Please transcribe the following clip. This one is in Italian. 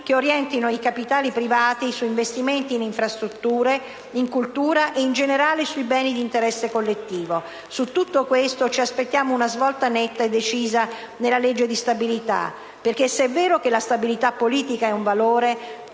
che orientino i capitali privati su investimenti in infrastrutture, in cultura e, in generale, sui beni di interesse collettivo. Su tutto questo ci aspettiamo una svolta netta e decisa nella legge di stabilità, perché, se è vero che la stabilità politica è un valore,